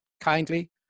kindly